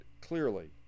clearly